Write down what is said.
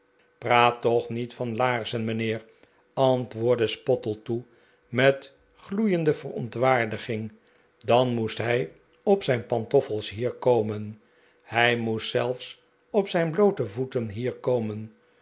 praat toch niet van laarzen mijnheer antwoordde spottletoe met gloeiende verontwaardiging dan moest hij op zijn pantoff els hier komen hij moest zelfs op zijn bloote voeten hier komen